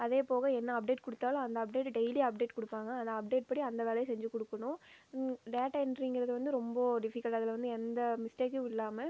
அதே போக என்ன அப்டேட் கொடுத்தாலும் அந்த அப்டேட்டை டெய்லி அப்டேட் கொடுப்பாங்க அந்த அப்டேட் படி அந்த வேலையை செஞ்சு கொடுக்கணும் டேட்டா என்ட்ரிங்கிறது வந்து ரொம்ப டிஃபிக்கல்ட்டு அதில் வந்து எந்த மிஸ்டேக்கும் இல்லாமல்